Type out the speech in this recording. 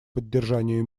поддержанию